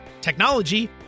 technology